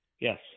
Yes